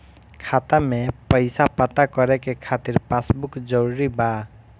खाता में पईसा पता करे के खातिर पासबुक जरूरी बा?